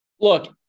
Look